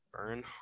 burn